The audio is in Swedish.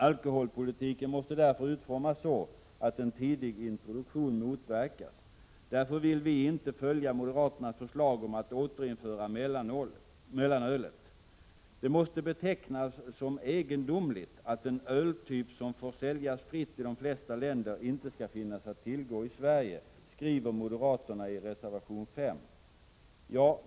Alkoholpolitiken måste därför utformas så, att en tidig introduktion motverkas. Därför vill vi inte följa moderaternas förslag om att återinföra mellanölet. ”Det måste betecknas som egendomligt att en öltyp som får säljas fritt i de flesta länder inte skall finnas att tillgå i Sverige”, skriver moderaterna i reservation 5.